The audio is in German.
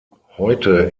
heute